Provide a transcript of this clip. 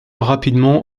rapidement